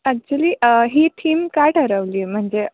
actually ही theme काय ठरवली आहे म्हणजे